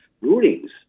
rulings